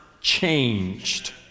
changed